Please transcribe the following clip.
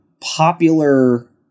popular